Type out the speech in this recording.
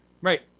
Right